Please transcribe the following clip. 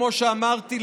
כמו שאמרתי,